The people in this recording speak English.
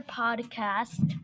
podcast